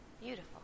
Beautiful